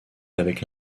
avec